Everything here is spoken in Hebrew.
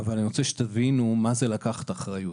אבל אני רוצה שתבינו מה זה לקחת אחריות.